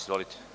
Izvolite.